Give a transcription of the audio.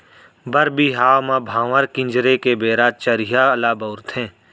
बर बिहाव म भांवर किंजरे के बेरा चरिहा ल बउरथे